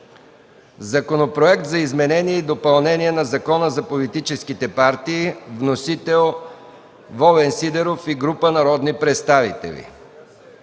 Законопроект за изменение и допълнение на Закона за политическите партии. Вносител – Волен Сидеров и група народни представители;